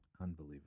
Unbelievable